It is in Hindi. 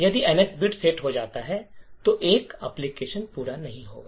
यदि एनएक्स बिट सेट हो जाता है तो यह एप्लीकेशन पूरा नहीं होगा